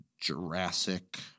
Jurassic